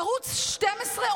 בערוץ 12,